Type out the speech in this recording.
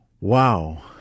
Wow